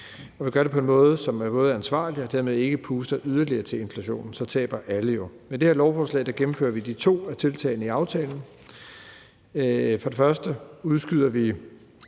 Vi gør det på en måde, som er ansvarlig og dermed ikke puster yderligere til inflationen – så taber alle jo. Med det her lovforslag gennemfører vi to af tiltagene i aftalen. For det første udskyder vi